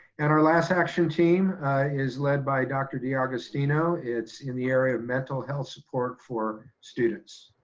and our last action team is led by dr. d'agostino, it's in the area of mental health support for students.